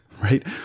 right